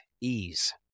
ease